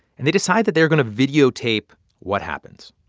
and they decide that they're going to videotape what happens.